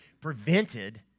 prevented